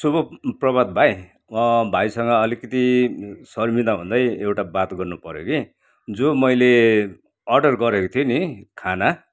शुभ प्रभात भाइ भाइसँग अलिकिति शर्मिदा हुँदै एउटा बात गर्नु पऱ्यो कि जो मैले अर्डर गरेको थिएँ नि खाना